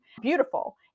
Beautiful